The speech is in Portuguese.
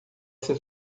ser